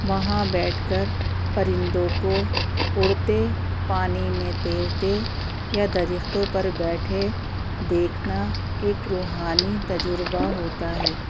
وہاں بیٹھ کر پرندوں کو اڑتے پانی میں تیرتے یا درختوں پر بیٹھے دیکھنا ایک روحانی تجربہ ہوتا ہے